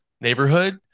neighborhood